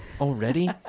already